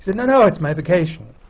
said, no, no, it's my vacation.